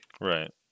Right